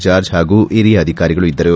George ಹಾಗೂ ಹಿರಿಯ ಅಧಿಕಾರಿಗಳು ಇದ್ದರು